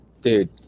Dude